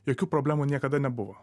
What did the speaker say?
jokių problemų niekada nebuvo